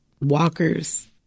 Walkers